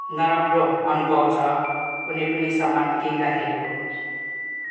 नराम्रो अनुभव छ कुनै पनि सामान किन्दाखेरिको